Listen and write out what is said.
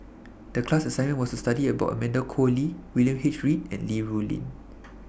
The class assignment was to study about Amanda Koe Lee William H Read and Li Rulin